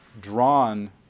drawn